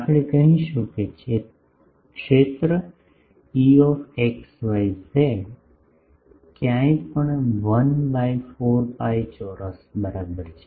આપણે કહીશું કે ક્ષેત્ર E ક્યાંય પણ 1 બાય 4 pi ચોરસ બરાબર છે